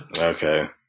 okay